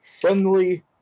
friendly